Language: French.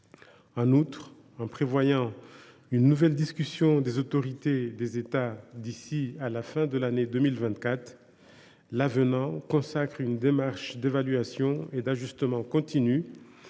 En outre, en prévoyant une nouvelle discussion des autorités des États d’ici à la fin de 2024, l’avenant consacre une démarche d’évaluation et d’ajustement continus